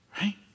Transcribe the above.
Right